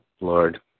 Lord